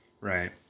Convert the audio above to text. right